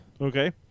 Okay